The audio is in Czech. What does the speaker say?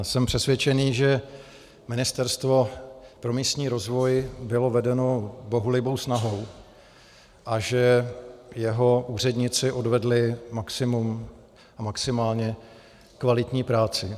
Jsem přesvědčen, že Ministerstvo pro místní rozvoj bylo vedeno bohulibou snahou a že jeho úředníci odvedli maximum a maximálně kvalitní práci.